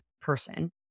person